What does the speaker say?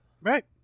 Right